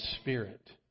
Spirit